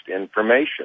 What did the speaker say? information